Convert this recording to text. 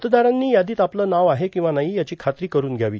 मतदारांनी यादीत आपलं नाव आहे किंवा नाही याची खात्री करून घ्यावी